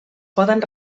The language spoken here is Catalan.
poden